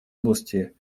области